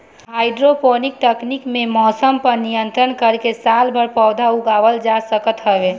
hydroponic तकनीकी में मौसम पअ नियंत्रण करके सालभर पौधा उगावल जा सकत हवे